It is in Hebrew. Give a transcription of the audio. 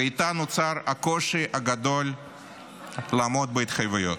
ואיתה נוצר קושי גדול לעמוד בהתחייבויות.